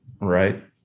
right